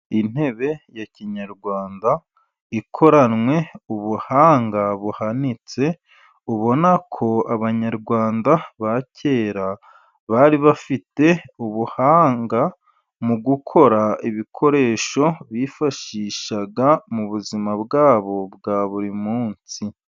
Intebe ya kinyarwanda ikoranywe ubuhanga buhanitse, ubona ko abanyarwanda ba kera bari bafite ubuhanga, mu gukora ibikoresho bifashishaga mu buzima bwabo bwa buri munsi.